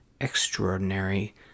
extraordinary